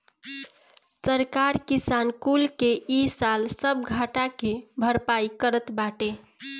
सरकार किसान कुल के इ साल सब घाटा के भरपाई करत बाटे